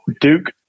Duke